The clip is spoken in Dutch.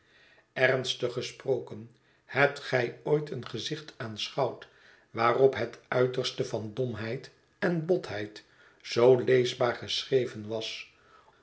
ernstig gesproken hebt gij ooit een gezicht aanschouwd waarop het uiterste van domheid en botheid zoo leesbaar geschreven was